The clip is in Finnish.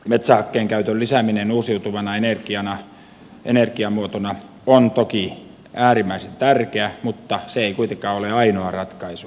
metsähakkeen käytön lisääminen uusiutuvana energiamuotona on toki äärimmäisen tärkeää mutta se ei kuitenkaan ole ainoa ratkaisu